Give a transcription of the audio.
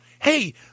Hey